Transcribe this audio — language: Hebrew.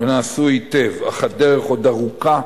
ונעשו היטב, אך הדרך עוד ארוכה,